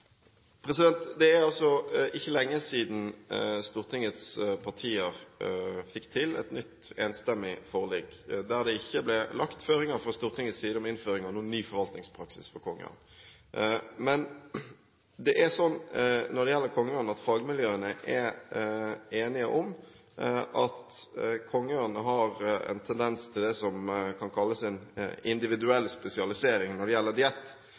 Det er ikke lenge siden Stortingets partier fikk til et nytt, enstemmig forlik, der det ikke ble lagt føringer fra Stortingets side om innføring av noen ny forvaltningspraksis for kongeørn. Men når det gjelder kongeørn, er fagmiljøene enige om at kongeørnen har en tendens til det som kan kalles en individuell spesialisering når det gjelder diett.